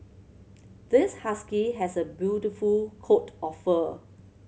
this husky has a beautiful coat of fur